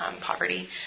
poverty